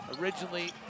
originally